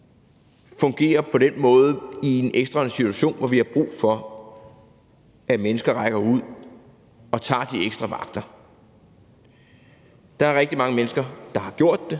fungerer på den rigtige måde i en ekstraordinær situation, hvor vi har brug for, at mennesker rækker ud og tager de ekstra vagter. Der er rigtig mange mennesker, der har gjort det,